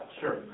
Sure